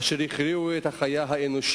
אשר הכריעו את החיה האנושית,